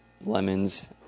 lemons